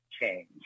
change